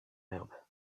herbe